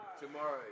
Tomorrow